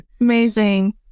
Amazing